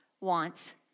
wants